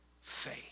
faith